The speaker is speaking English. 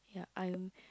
ya I'm